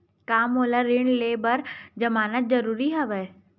का मोला ऋण ले बर जमानत जरूरी हवय?